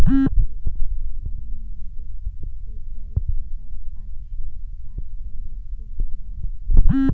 एक एकर जमीन म्हंजे त्रेचाळीस हजार पाचशे साठ चौरस फूट जागा व्हते